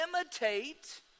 imitate